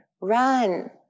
Run